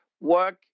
work